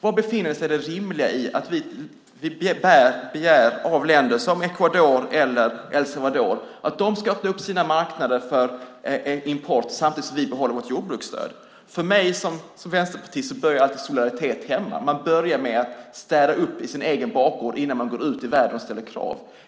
Vad är det rimliga i att vi begär av länder som Ecuador eller El Salvador att de ska öppna sina marknader för import samtidigt som vi behåller vårt jordbruksstöd? För mig som vänsterpartist börjar solidaritet hemma. Man börjar med att städa upp på sin egen bakgård innan man går ut i världen och ställer krav.